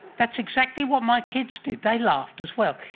that's exactly what my kids did, they laughed as well.